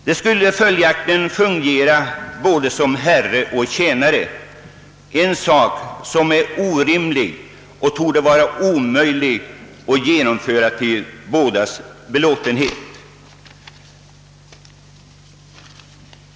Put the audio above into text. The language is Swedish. Den skulle följaktligen fungera både som herre och som tjänare, något som är orimligt och torde vara omöjligt att genomföra till båda parters belåtenhet.